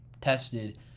tested